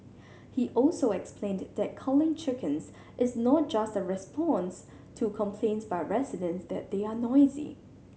he also explained that culling chickens is not just a response to complaints by residents that they are noisy